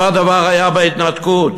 אותו הדבר היה בהתנתקות.